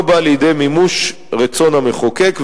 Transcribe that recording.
לא בא לידי מימוש רצון המחוקק,